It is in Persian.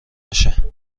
نشه